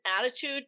attitude